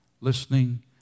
listening